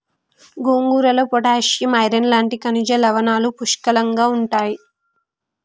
గోంగూరలో potassium, iron లాంటి ఖనిజ లవణాలు పుష్కలంగుంటాయి